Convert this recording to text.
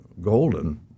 Golden